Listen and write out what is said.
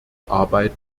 arbeit